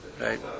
right